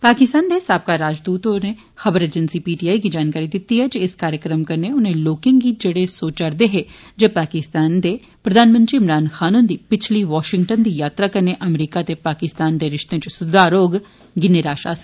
पाकिस्तान दे साबका राजदूत नै खबर अजेन्सी पीटीआई गी जानकारी दित्ती जे इस कार्यक्रम कन्नै उनें लोकें गी जेड़े सोचा'रदे जे पाकिस्तान दे प्रघानमंत्री इमरान खान हुन्दी पिच्छली वाशिंगटन दी यात्रा कन्नै अमरीका ते पाकिस्तान दे रिश्ते इच सुधार होआ ऐ गी निराशा होग